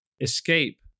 escape